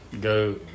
Go